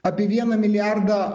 apie vieną milijardą